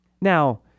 Now